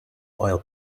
oil